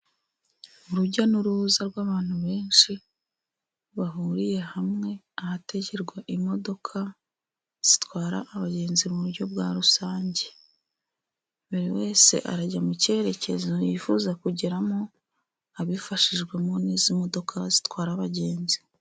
Urujya n'uruza rw'abantu benshi bahuriye hamwe, ahatetegerwa imodoka zitwara abagenzi mu buryo bwa rusange. Buri wese arajya mu cyerekezo yifuza kugeramo, abifashijwemo n'izi modoka zitwara abagenzi.